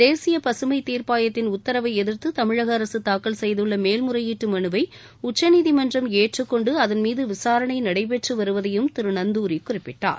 தேசிய பசுமைத் தீர்ப்பாயத்தின் உத்தரவை எதிர்த்து தமிழக அரசு தாக்கல் செய்துள்ள மேல் முறையீட்டு மனுவை உச்சநீதிமன்றம் ஏற்றுக் கொண்டு அதன்மீது விசாரணை நடைபெற்று வருவதையும் திரு நந்தூரி குறிப்பிட்டார்